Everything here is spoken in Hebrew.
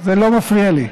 זה לא מפריע לי.